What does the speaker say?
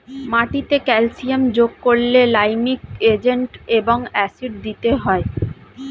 মাটিতে ক্যালসিয়াম যোগ করলে লাইমিং এজেন্ট এবং অ্যাসিড দিতে হয়